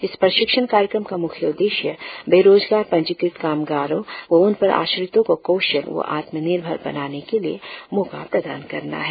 इस प्रशिक्षण कार्यक्रम का मुख्य उद्देश्य बेरोजगार पंजीकृत कामगारों व उनपर आश्रितों को कौशल व आत्म निर्भर बनाने के लिए मौका प्रदान करना है